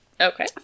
Okay